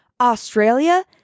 australia